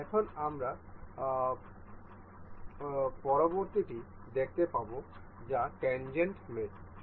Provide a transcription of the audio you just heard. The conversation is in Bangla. এখন আমরা পরবর্তীটি দেখতে পাব যা ট্যাংগেন্ট মেট